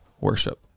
worship